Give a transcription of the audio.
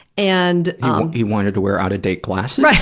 and he wanted to wear out-of-date glasses?